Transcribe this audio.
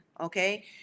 okay